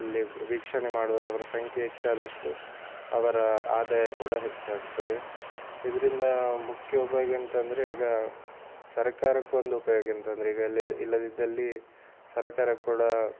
ಅಲ್ಲೇ ವೀಕ್ಷಣೆ ಮಾಡುವವರ ಸಂಖ್ಯೆ ಹೆಚ್ಚಾದಷ್ಟು ಅವರ ಆದಾಯ ಕೂಡ ಹೆಚ್ಚಾಗ್ತದೆ ಇದರಿಂದ ಮುಖ್ಯ ಉಪಯೋಗ ಎಂತಂದ್ರೆ ಈಗ ಸರ್ಕಾರಕ್ಕೊಂದು ಉಪಯೋಗೆಂತಂದ್ರೆ ಈಗ ಇಲ್ಲದಿದ್ದಲ್ಲಿ ಸರಕಾರ ಕೂಡ